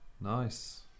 Nice